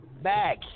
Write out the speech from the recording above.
back